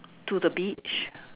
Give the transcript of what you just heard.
to the beach